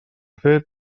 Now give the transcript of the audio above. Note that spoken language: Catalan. fet